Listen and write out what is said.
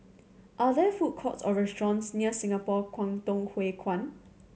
are there food courts or restaurants near Singapore Kwangtung Hui Kuan